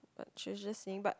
but she's just saying but